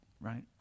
right